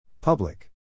Public